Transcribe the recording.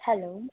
hello